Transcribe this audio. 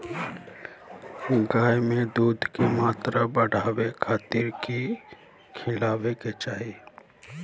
गाय में दूध के मात्रा बढ़ावे खातिर कि खिलावे के चाही?